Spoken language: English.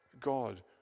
God